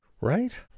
right